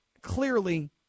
clearly